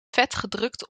vetgedrukt